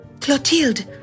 Clotilde